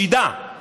שידה,